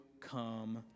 come